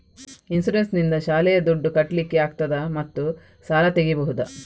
Insurance ನಿಂದ ಶಾಲೆಯ ದುಡ್ದು ಕಟ್ಲಿಕ್ಕೆ ಆಗ್ತದಾ ಮತ್ತು ಸಾಲ ತೆಗಿಬಹುದಾ?